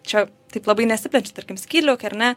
čia taip labai nesiplečian tarkim skydliaukė ar ne